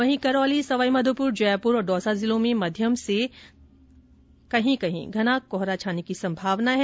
वहीं करौली सवाईमाधोपुर जयपुर और दौसा जिलों में मध्यम से कहीं कहीं घना कोहरा छाने की संभावना है